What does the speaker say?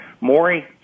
Maury